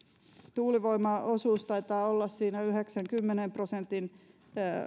tuulivoiman osuus taitaa olla siinä yhdeksän viiva kymmenen prosentin